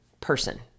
person